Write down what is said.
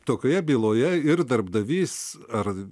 tokioje byloje ir darbdavys ar